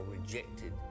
rejected